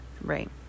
right